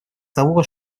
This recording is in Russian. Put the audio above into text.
того